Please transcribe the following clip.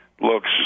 Looks